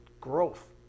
growth